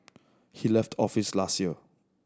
he left office last year